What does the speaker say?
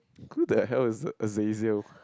who the hell is a Azazel